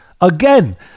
Again